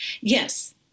Yes